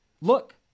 look